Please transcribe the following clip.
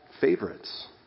favorites